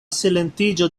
silentiĝo